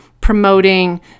promoting